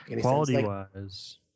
Quality-wise